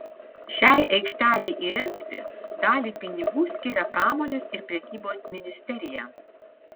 šiai aikštelei įrengti dalį pinigų skiria pramonės ir prekybos ministerija